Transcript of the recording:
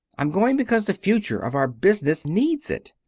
i'm going because the future of our business needs it.